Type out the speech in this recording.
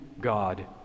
God